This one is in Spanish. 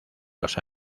los